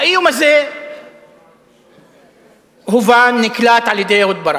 האיום הזה הובן, נקלט על-ידי אהוד ברק,